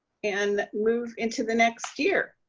and move into the next year.